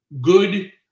Good